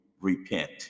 repent